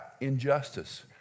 Injustice